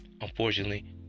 unfortunately